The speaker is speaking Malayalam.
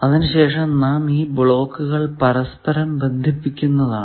പല ബ്ലോക്കുകൾ ബന്ധിക്കുന്നതിനായി നാം ഈ ടെർമിനൽ ഉപയോഗിക്കുന്നതാണ്